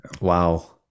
Wow